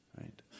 right